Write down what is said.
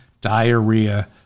diarrhea